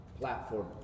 platform